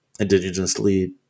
indigenously